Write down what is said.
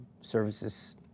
services